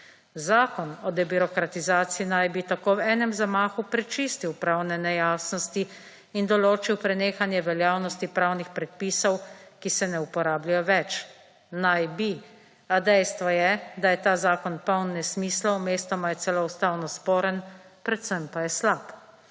Zakon o debirokratizaciji naj bi tako v enem zamahu prečistil pravne nejasnosti in določil prenehanje veljavnosti pravnih predpisov, **90. TRAK (VI) 17.25** (nadaljevanje) ki se ne uporabljajo več. Naj bi, a dejstvo je, da je ta zakon poln nesmislov, mestoma je celo ustavno sporen, predvsem pa je slab.